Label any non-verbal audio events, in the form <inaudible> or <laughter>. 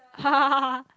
<laughs>